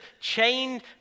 chained